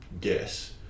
guess